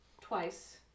twice